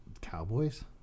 Cowboys